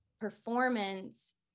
performance